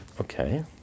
Okay